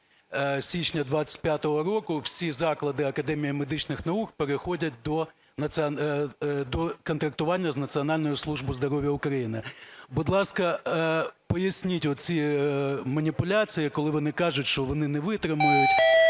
січня 2025 року всі заклади Академії медичних наук переходять до контрактування з Національною службою здоров'я України. Будь ласка, поясніть оці маніпуляції, коли вони кажуть, що вони не витримають,